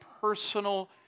personal